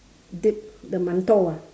dip the 馒头 ah